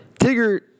Tigger